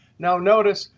now, notice,